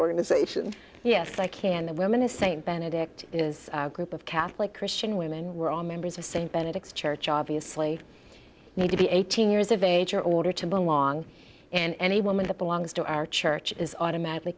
organization yes i can the women to st benedict is a group of catholic christian women were all members of st benedict's church obviously need to be eighteen years of age or order to belong and any woman that belongs to our church is automatically